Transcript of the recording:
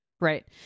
Right